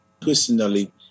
personally